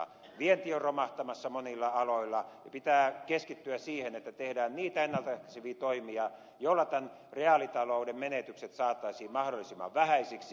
vienti on romahtamassa monilla aloilla ja pitää keskittyä siihen että tehdään niitä ennalta ehkäiseviä toimia joilla tämän reaalitalouden menetykset saataisiin mahdollisimman vähäisiksi